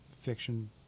fiction